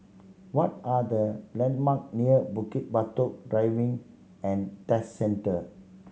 what are the landmark near Bukit Batok Driving and Test Centre